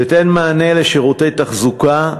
תיתן מענה לשירותי תחזוקה,